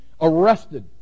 arrested